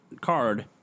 card